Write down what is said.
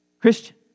Christian